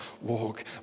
walk